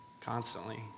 constantly